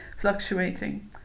fluctuating